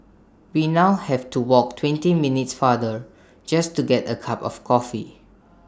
we now have to walk twenty minutes farther just to get A cup of coffee